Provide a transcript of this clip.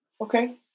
Okay